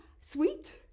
sweet